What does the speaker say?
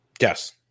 Yes